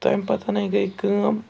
تَمہِ پَتَنے گٔے کٲم